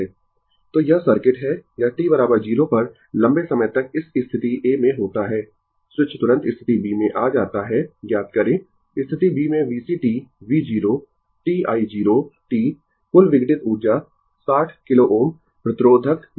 Refer Slide Time 0621 तो यह circuit है यह t 0 पर लंबे समय तक इस स्थिति a में होता है स्विच तुरंत स्थिति B में आ जाता है ज्ञात करें स्थिति B में VCt V 0 t i 0 t कुल विघटित ऊर्जा 60 किलो Ω प्रतिरोधक में